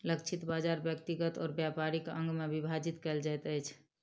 लक्षित बाजार व्यक्तिगत और व्यापारिक अंग में विभाजित कयल जाइत अछि